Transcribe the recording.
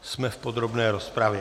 Jsme v podrobné rozpravě.